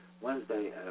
Wednesday